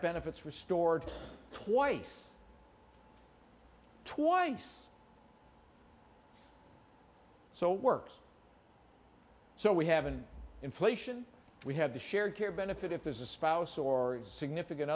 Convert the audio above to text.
benefits restored twice twice so works so we have an inflation we have the shared care benefit if there's a spouse or significant